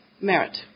Merit